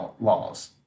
laws